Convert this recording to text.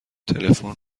تلفن